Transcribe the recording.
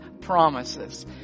promises